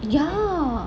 ya